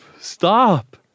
Stop